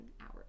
hours